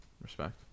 Respect